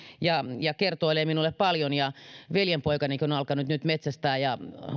ja ja kertoilee minulle paljon ja veljenpoikanikin on on alkanut nyt metsästämään ja